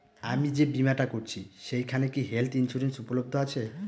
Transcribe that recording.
আমি যে বীমাটা করছি সেইখানে কি হেল্থ ইন্সুরেন্স উপলব্ধ আছে?